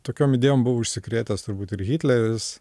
tokiom idėjom buvo užsikrėtęs turbūt ir hitleris